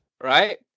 right